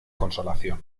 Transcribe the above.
consolación